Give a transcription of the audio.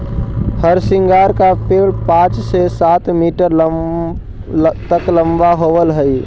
हरसिंगार का पेड़ पाँच से सात मीटर तक लंबा होवअ हई